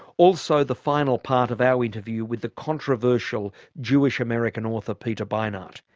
also the final part of our interview with the controversial jewish american author, peter beinart.